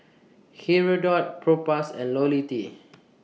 Hirudoid Propass and Ionil T